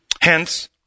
Hence